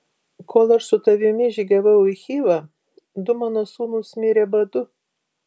kol aš su tavimi žygiavau į chivą du mano sūnūs mirė badu